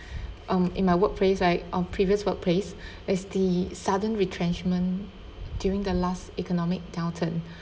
um in my workplace right on previous workplace is the sudden retrenchment during the last economic downturn